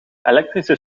elektrische